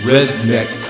Redneck